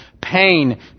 pain